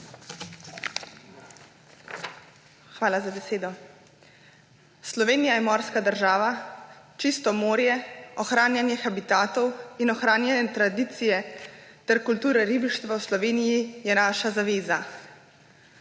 Hvala za besedo. Slovenija je morska država. Čisto morje, ohranjanje habitatov in ohranjanje tradicije ter kulture ribištva v Sloveniji je naša zaveza.